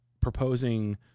proposing